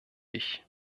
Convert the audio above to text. ich